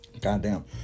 Goddamn